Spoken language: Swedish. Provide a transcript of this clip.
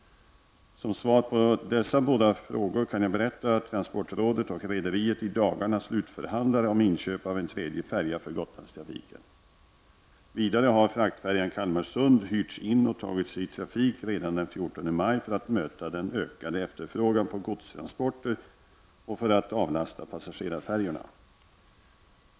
Som svar på dessa båda frågor kan jag berätta att transportrådet och rederiet i dagarna slutförhandlar om inköp av en tredje färja för Gotlandstrafiken. Vidare har fraktfärjan m/s Kalmarsund hyrts in och tagits i trafik redan den 14 maj för att möta den ökade efterfrågan på godstransporter och för att avlasta passagerarfärjorna.